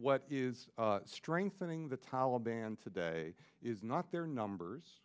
what is strengthening the taliban today is not their numbers